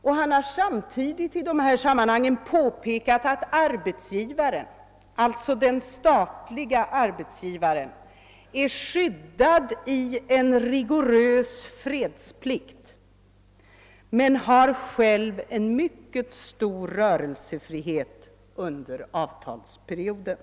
Man har samtidigt påpekat att den statliga arbetsgivaren är skyddad av en rigorös fredsplikt men själv har en mycket stor rörelsefrihet under avtalsperioden.